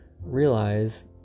realize